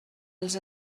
els